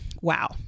Wow